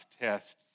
tests